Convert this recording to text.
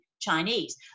Chinese